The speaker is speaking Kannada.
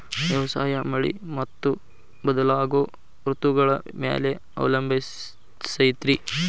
ವ್ಯವಸಾಯ ಮಳಿ ಮತ್ತು ಬದಲಾಗೋ ಋತುಗಳ ಮ್ಯಾಲೆ ಅವಲಂಬಿಸೈತ್ರಿ